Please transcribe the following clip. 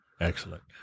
Excellent